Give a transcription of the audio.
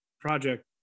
project